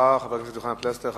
חבר הכנסת יוחנן פלסנר, תודה רבה.